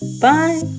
Bye